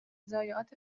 ضایعات